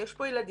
ויש פה ילדים